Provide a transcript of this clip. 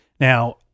Now